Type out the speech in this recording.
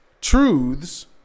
truths